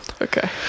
okay